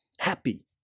Happy